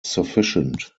sufficient